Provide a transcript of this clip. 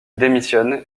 démissionne